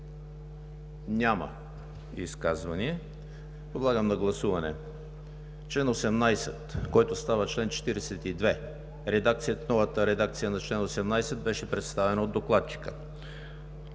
ли изказвания? Няма. Подлагам на гласуване чл. 18, който става чл. 42 – новата редакция на чл. 18 беше представена от докладчика;